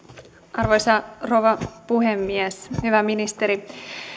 arvoisa rouva puhemies hyvä ministeri